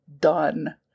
done